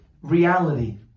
reality